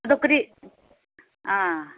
ꯑꯗꯨ ꯀꯔꯤ ꯑꯥ